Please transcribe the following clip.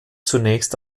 zunächst